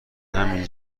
همین